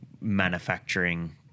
manufacturing